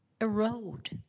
erode